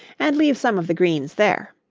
and leave some of the greens there,